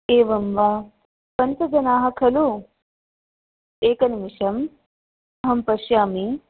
एवं वा पञ्चजनाः खलु एकनिमिषम् अहं पश्यामि